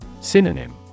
Synonym